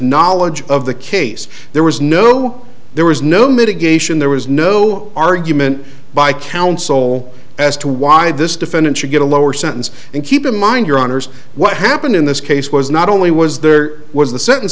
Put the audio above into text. knowledge of the case there was no there was no mitigation there was no argument by counsel as to why this defendant should get a lower sentence and keep in mind your honour's what happened in this case was not only was there was the sentence